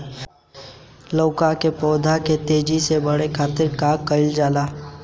लउका के पौधा के तेजी से बढ़े खातीर का कइल जाला?